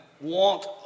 want